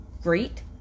great